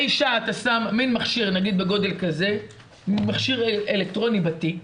לאישה אתה שם מן מכשיר אלקטרוני בתיק,